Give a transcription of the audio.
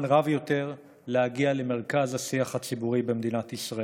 רב יותר להגיע למרכז השיח הציבורי בישראל,